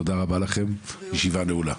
תודה רבה לכם, הישיבה נעולה.